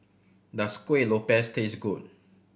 does Kueh Lopes taste good